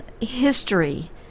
history